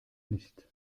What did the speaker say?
nicht